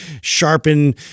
sharpen